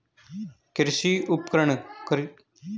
कृषि उपकरण खरीदने के लिए एप्स को प्ले स्टोर से डाउनलोड कर सकते हैं